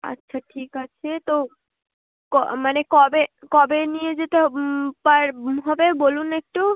আচ্ছা ঠিক আছে তো ক মানে কবে কবে নিয়ে যেতে পার হবে বলুন একটু